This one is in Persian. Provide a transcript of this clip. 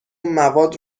مواد